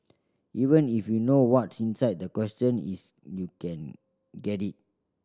even if you know what's inside the question is you can get it